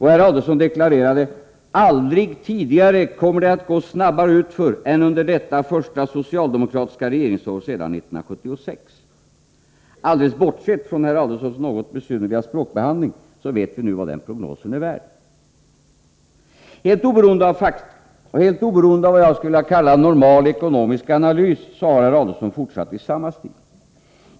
Herr Adelsohn deklarerade att ”aldrig tidigare kommer det att gå snabbare utför än under detta första socialdemokratiska regeringsår sedan 1976”. Alldeles bortsett från herr Adelsohns något besynnerliga språkbehandling vet vi nu vad den prognosen är värd. Helt oberoende av fakta och helt oberoende av vad jag skulle kalla för normal ekonomisk analys har herr Adelsohn fortsatt i samma stil.